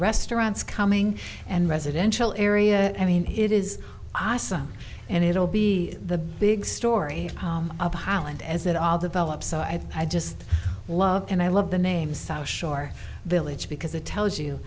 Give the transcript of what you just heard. restaurants coming and residential area i mean it is awesome and it will be the big story of holland as it all develops i just love and i love the name south shore village because it tells you